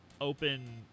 open